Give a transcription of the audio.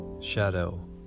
shadow